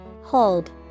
Hold